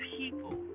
people